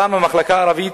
פעם במחלקה הערבית,